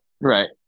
Right